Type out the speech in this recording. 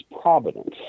providence